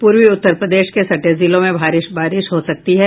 पूर्वी उत्तर प्रदेश के सटे जिलों में भारी बारिश हो सकती है